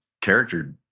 character